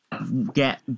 Get